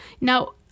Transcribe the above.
Now